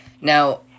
Now